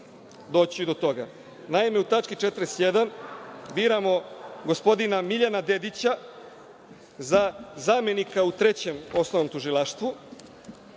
ću i do toga. Naime, u tački 41. biramo gospodina Miljana Dedića za zamenika u Trećem osnovnom tužilaštvu